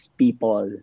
people